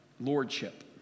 lordship